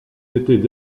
étaient